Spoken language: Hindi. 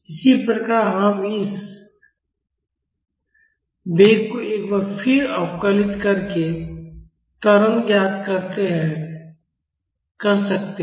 इसी प्रकार हम इस वेग को एक बार फिर अवकलित करके त्वरण ज्ञात कर सकते हैं